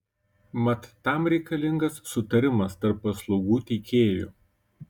mat tam reikalingas sutarimas tarp paslaugų teikėjų